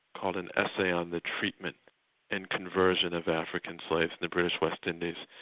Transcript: called an essay on the treatment and conversion of african slaves in the british west indies,